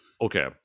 Okay